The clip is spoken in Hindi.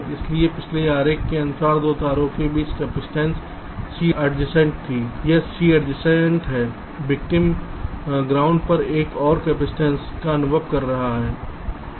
इसलिए पिछले आरेख के अनुसार 2 तारों के बीच कपसिटंस C adjacent थी यह C C adjacent है विक्टिम ग्राउंड पर एक और कपसिटंस का अनुभव कर रहा है जो C g और d है